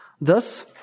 Thus